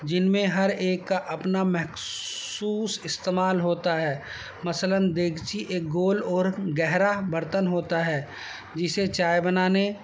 جن میں ہر ایک کا اپنا مخصوص استعمال ہوتا ہے مثلاً دیگچی ایک گول اور گہرا برتن ہوتا ہے جسے چائے بنانے